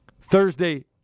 Thursday